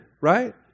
right